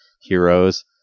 heroes